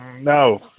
no